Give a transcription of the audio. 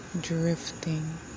drifting